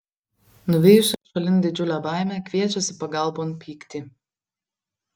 nuvijusi šalin didžiulę baimę kviečiasi pagalbon pyktį